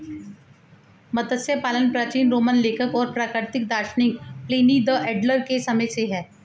मत्स्य पालन प्राचीन रोमन लेखक और प्राकृतिक दार्शनिक प्लिनी द एल्डर के समय से है